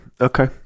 okay